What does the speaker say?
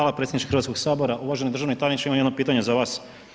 Hvala predsjedniče Hrvatskog sabora, uvaženi državni tajniče imam jedno pitanje za vas.